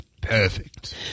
Perfect